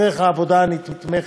דרך העבודה הנתמכת,